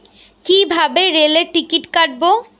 কিভাবে রেলের টিকিট কাটব?